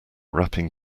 wrapping